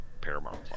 Paramount+